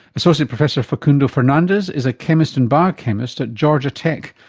associate professor facundo fernandez is a chemist and biochemist at georgia tech,